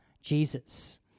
Jesus